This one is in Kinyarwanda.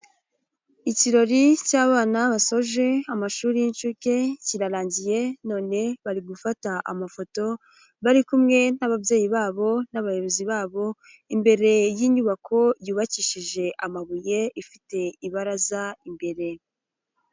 Ikirori cy'abana basoje amashuri y'incuke kirarangiye none bari gufata amafoto, bari kumwe n'ababyeyi babo n'abayobozi babo, imbere y'inyubako yubakishije amabuye, ifite ibaraza imbere.